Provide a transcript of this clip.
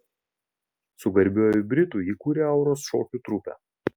su garbiuoju britu jį kūrė auros šokio trupę